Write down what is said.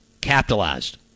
capitalized